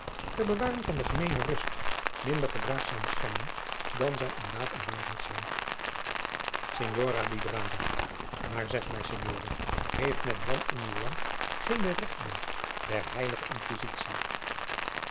ter bewaring van de gemeene adriaan loosjes pzn het leven van maurits lijnslager rust minder verdraagzaam schijnen dan zij in daad en waarheid zijn signora di braga maar zeg mij signore heeft men dan in uw land geene regtbank der heilige